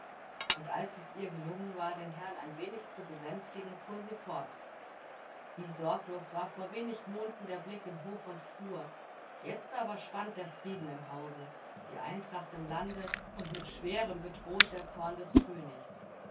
und als es ihr gelungen war den herrn ein wenig zu besänftigen fuhr sie fort wie sorglos war vor wenig monden der blick in hof und flur jetzt aber schwand der frieden im hause die eintracht im lande und mit schwerem bedroht der zorn des königs